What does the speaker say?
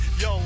yo